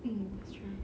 mm that's right